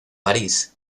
parís